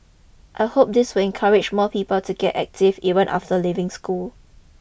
I hope this will encourage more people to get active even after leaving school